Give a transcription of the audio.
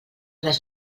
les